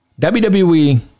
WWE